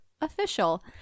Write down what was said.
official